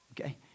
Okay